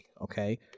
Okay